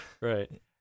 Right